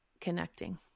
connecting